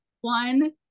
One